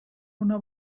una